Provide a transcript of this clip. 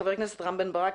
חבר הכנסת רם בן ברק,